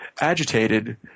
agitated